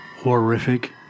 Horrific